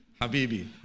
habibi